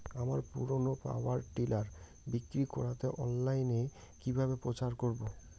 আমার পুরনো power tiller বিক্রি করাতে অনলাইনে কিভাবে প্রচার করব?